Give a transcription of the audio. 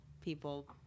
people